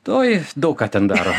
oj daug ką ten daro